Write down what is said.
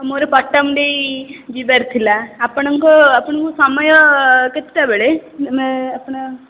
ମୋର ପଟ୍ଟାମୁଣ୍ଡେଇ ଯିବାର ଥିଲା ଆପଣଙ୍କ ଆପଣଙ୍କୁ ସମୟ କେତେଟା ବେଳେ ମାନେ ଆପଣ